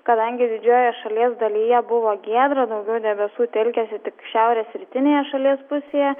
kadangi didžiojoje šalies dalyje buvo giedra daugiau debesų telkėsi tik šiaurės rytinėje šalies pusėje